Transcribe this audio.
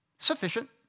Sufficient